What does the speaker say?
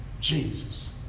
Jesus